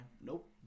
Nope